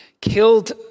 killed